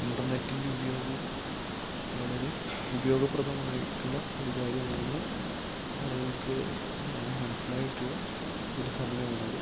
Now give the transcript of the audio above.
ഇന്റര്നെറ്റിൻ്റെ ഉപയോഗവും വളരെ ഉപയോഗപ്രദമായിട്ടുള്ള ഒരു കാര്യമാണ് ആളുകൾക്ക് മനസ്സിലായിട്ടുള്ള ഒരു സമയം ആണത്